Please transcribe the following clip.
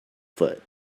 foot